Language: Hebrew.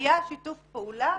היה שיתוף פעולה